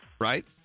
Right